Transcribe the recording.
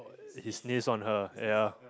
his knees on her ah